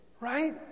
Right